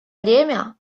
время